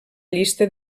llista